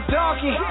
donkey